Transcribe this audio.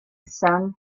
sun